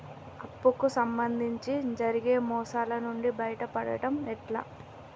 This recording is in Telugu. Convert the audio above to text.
అప్పు కు సంబంధించి జరిగే మోసాలు నుండి బయటపడడం ఎట్లా?